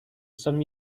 some